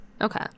Okay